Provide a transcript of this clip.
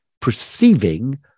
perceiving